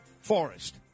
forest